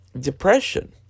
Depression